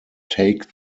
take